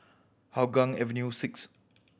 Hougang Avenue Six